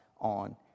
on